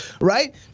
right